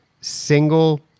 single